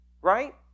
right